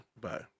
Bye